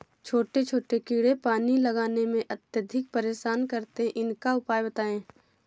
छोटे छोटे कीड़े पानी लगाने में अत्याधिक परेशान करते हैं इनका उपाय बताएं?